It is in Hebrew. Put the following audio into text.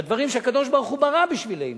בדברים שהקדוש-ברוך-הוא ברא בשבילנו,